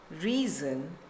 reason